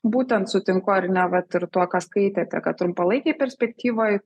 būtent sutinku ar ne vat ir tuo ką skaitėte kad trumpalaikėj perspektyvoj